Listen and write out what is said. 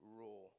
raw